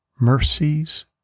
mercies